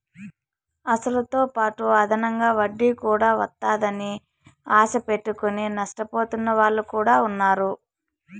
అసలుతోపాటు అదనంగా వడ్డీ కూడా వత్తాదని ఆశ పెట్టుకుని నష్టపోతున్న వాళ్ళు కూడా ఉన్నారు